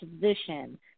position